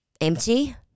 empty